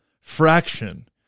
fraction